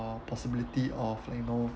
uh possibility of like you know